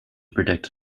predict